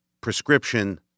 prescription